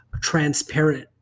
transparent